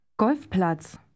Golfplatz